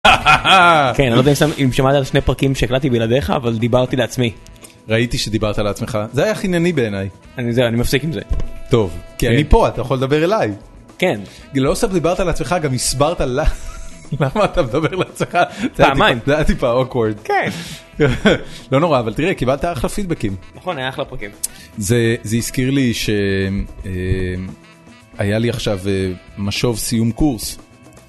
אני לא יודע אם שמעת על שני פרקים שהקלטתי בלעדיך, אבל דיברתי לעצמי. ראיתי שדיברת לעצמך, זה היה חינני בעיניי. זהו, אני מפסיק עם זה. טוב, כי אני פה, אתה יכול לדבר אליי. כן. לא סתם דיברת לעצמך, גם הסברת למה אתה מדבר לעצמך. לא נורא, אבל תראה, קיבלת אחלה פידבקים. נכון, היה אחלה פרקים. זה הזכיר לי שהיה לי עכשיו משוב סיום קורס.